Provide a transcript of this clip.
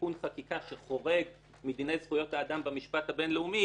תיקון חקיקה שחורג מדיני זכויות האדם במשפט הבינלאומי,